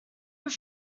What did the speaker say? was